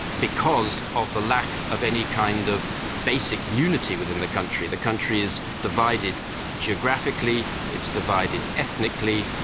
because of the lack of any kind of basic unity within the country. the country is divided geographically, it's divided ethnically,